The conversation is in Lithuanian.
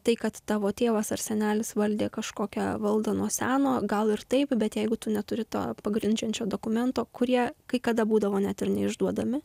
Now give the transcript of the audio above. tai kad tavo tėvas ar senelis valdė kažkokią valdą nuo seno gal ir taip bet jeigu tu neturi to pagrindžiančio dokumento kurie kai kada būdavo net ir neišduodami